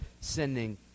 sending